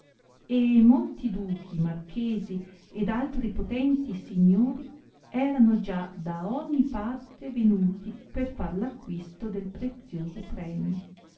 e molti duchi marchesi ed altri potenti signori erano già da ogni parte venuti per far l'acquisto del prezioso premio